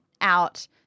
out